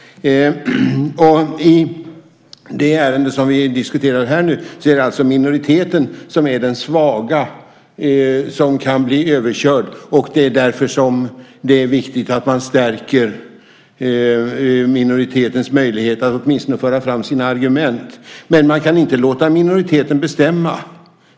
I det ärende som vi nu diskuterar är det alltså minoriteten som är den svaga, som kan bli överkörd. Det är därför som det är viktigt att man stärker minoritetens möjlighet att åtminstone föra fram sina argument. Men man kan inte låta minoriteten bestämma.